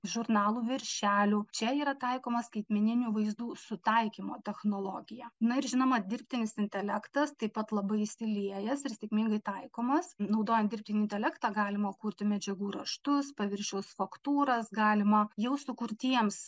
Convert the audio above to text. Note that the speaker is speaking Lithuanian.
žurnalų viršelių čia yra taikoma skaitmeninių vaizdų sutaikymo technologija na ir žinoma dirbtinis intelektas taip pat labai įsiliejęs ir sėkmingai taikomas naudojant dirbtinį intelektą galima kurti medžiagų raštus paviršiaus faktūras galima jau sukurtiems